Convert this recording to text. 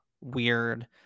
weird